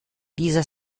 dieser